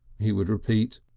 he would repeat.